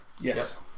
Yes